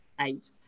eight